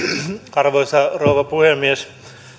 arvoisa rouva puhemies